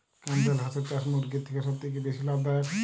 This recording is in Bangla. ক্যাম্পবেল হাঁসের চাষ মুরগির থেকে সত্যিই কি বেশি লাভ দায়ক?